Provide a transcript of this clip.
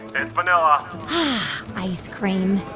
it's vanilla ice cream,